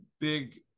big